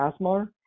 ASMAR